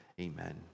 amen